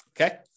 okay